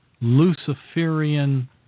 Luciferian